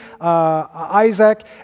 Isaac